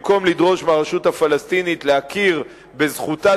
במקום לדרוש מהרשות הפלסטינית להכיר בזכותה